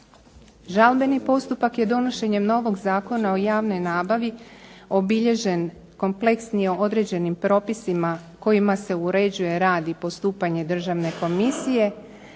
Žalbeni postupak je donošenjem novog Zakona o javnoj nabavi obilježen kompleksnije određenim propisima kojima se uređuje rad i postupanje Državne komisije